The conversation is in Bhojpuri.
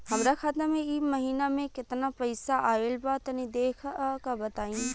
हमरा खाता मे इ महीना मे केतना पईसा आइल ब तनि देखऽ क बताईं?